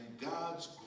God's